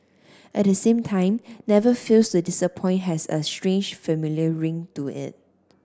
at the same time never fails to disappoint has a strange familiar ring to it